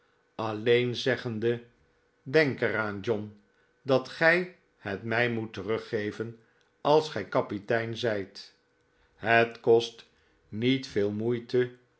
alleen zeggende denk er aan john dat gij het mij moet teruggeven als gij kapitein zijt het kost niet veel moeite